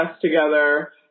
together